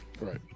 right